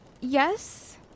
Yes